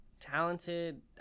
Talented